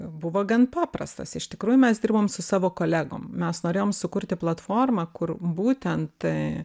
buvo gan paprastas iš tikrųjų mes dirbom su savo kolegom mes norėjom sukurti platformą kur būtent